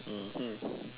mmhmm